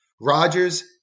Rodgers